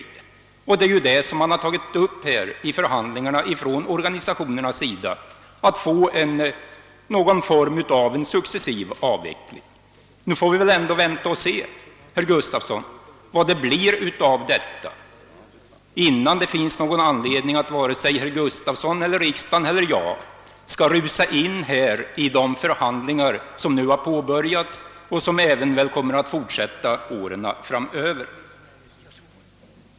Det är också detta som organisationerna nu har tagit upp i förhandlingarna, d.v.s. någon form av successiv avveckling. Vi får väl nu vänta och se, herr Gustavsson, vad detta kan leda till innan herr Gustavsson, riksdagen eller jag rusar in i de förhandlingar som påbörjats och som väl även kommer att fortsätta åren framöver.